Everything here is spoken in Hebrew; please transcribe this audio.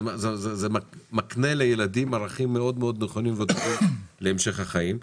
זה מקנה לילדים ערכים מאוד נכונים להמשך החיים,